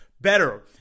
better